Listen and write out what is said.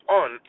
on